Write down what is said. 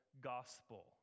gospel